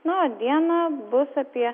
na o dieną bus apie